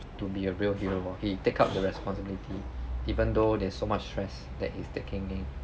to be a real hero he take up the responsibility even though there's so much stress that he's taking in